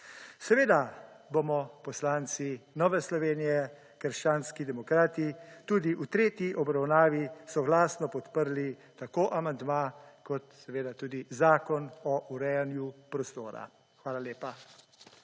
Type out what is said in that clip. Seveda bomo poslanci Nove Slovenije – krščanski demokrati tudi v tretji obravnavi soglasno podprli tako amandma kot seveda tudi Zakon o urejanju prostora. Hvala lepa.